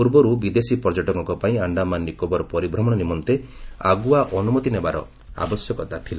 ପୂର୍ବରୁ ବିଦେଶୀ ପର୍ଯ୍ୟଟକଙ୍କ ପାଇଁ ଆଣ୍ଡାମାନ ନିକୋବର ପରିଭ୍ରମଣ ନିମନ୍ତେ ଆଗୁଆ ଅନୁମତି ନେବାର ଆବଶ୍ୟକତା ଥିଲା